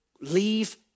leave